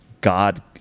God